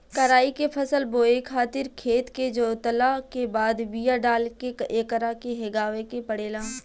कराई के फसल बोए खातिर खेत के जोतला के बाद बिया डाल के एकरा के हेगावे के पड़ेला